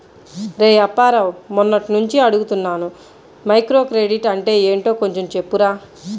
రేయ్ అప్పారావు, మొన్నట్నుంచి అడుగుతున్నాను మైక్రోక్రెడిట్ అంటే ఏంటో కొంచెం చెప్పురా